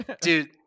dude